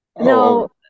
no